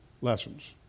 lessons